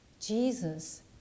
Jesus